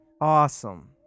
Awesome